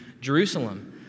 Jerusalem